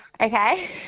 Okay